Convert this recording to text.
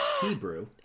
Hebrew